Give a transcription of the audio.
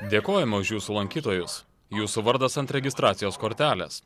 dėkojame už jūsų lankytojus jūsų vardas ant registracijos kortelės